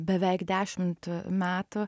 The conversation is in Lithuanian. beveik dešimt metų